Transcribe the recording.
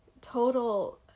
total